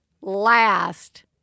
last